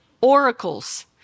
oracles